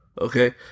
okay